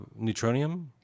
neutronium